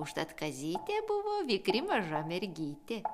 užtat kazytė buvo vikri maža mergytė